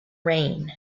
rayne